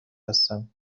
هستم